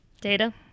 data